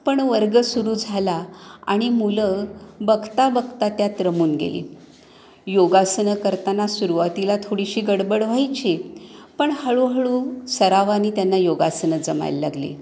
पण वर्ग सुरू झाला आणि मुलं बघता बघता त्यात रमून गेली योगासनं करताना सुरुवातीला थोडीशी गडबड व्हायची पण हळूहळू सरावानी त्यांना योगासनं जमायला लागली